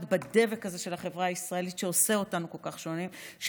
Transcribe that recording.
בדבק הזה של החברה הישראלית עושה אותנו כל כך שונים,